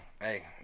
hey